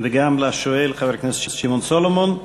וגם לשואל חבר הכנסת שמעון סולומון.